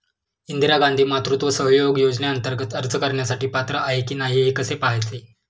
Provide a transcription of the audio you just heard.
इंदिरा गांधी मातृत्व सहयोग योजनेअंतर्गत अर्ज करण्यासाठी पात्र आहे की नाही हे कसे पाहायचे?